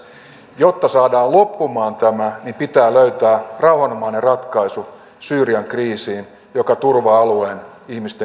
jotta saadaan loppumaan tämä niin pitää löytää syyrian kriisiin rauhanomainen ratkaisu joka turvaa alueen ihmisten ihmisoikeudet